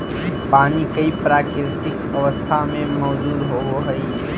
पानी कई प्राकृतिक अवस्था में मौजूद होबो हइ